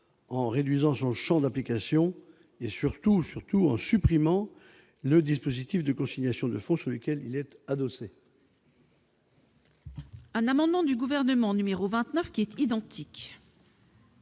en réduisant son champ d'application et, surtout, en supprimant le dispositif de consignation de fonds auquel il est adossé.